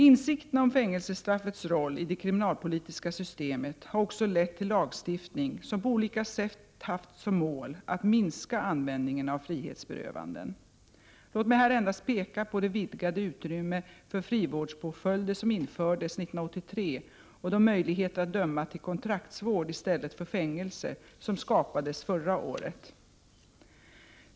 Insikterna om fängelsestraffets roll i det kriminalpolitiska systemet har också lett till lagstiftning som på olika sätt haft som mål att minska användningen av frihetsberövanden. Låt mig här endast peka på det vidgade utrymme för frivårdspåföljder som infördes år 1983 och de möjligheter att döma till kontraktsvård i stället för fängelse som skapades förra året.